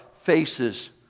faces